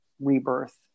rebirth